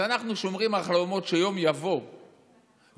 אז אנחנו שומרים על חלומות, שיום יבוא ובאמת